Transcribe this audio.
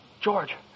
George